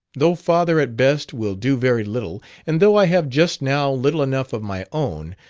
though father, at best, will do very little, and though i have just now little enough of my own,